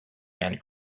and